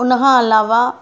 हुन खां अलावा